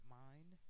mind